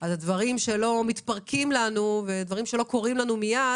כשדברים לא מתפרקים לנו ודברים שלא קורים לנו מיד,